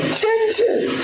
changes